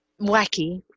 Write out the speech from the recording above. Wacky